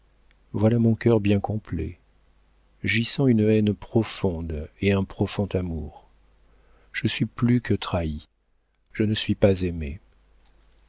voilà mon cœur bien complet j'y sens une haine profonde et un profond amour je suis plus que trahie je ne suis pas aimée